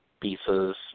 pieces